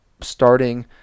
starting